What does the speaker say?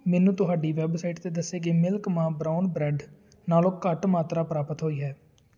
ਮੈਨੂੰ ਤੁਹਾਡੀ ਵੈੱਬਸਾਈਟ 'ਤੇ ਦੱਸੇ ਗਏ ਮਿਲਕ ਮਾ ਬਰਾਊਨ ਬਰੈੱਡ ਨਾਲੋਂ ਘੱਟ ਮਾਤਰਾ ਪ੍ਰਾਪਤ ਹੋਈ ਹੈ